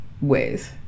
ways